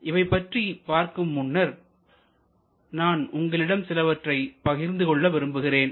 இவை பற்றி பார்க்கும் முன்னர் நான் உங்களிடம் சிலவற்றை பகிர்ந்து கொள்ள விரும்புகிறேன்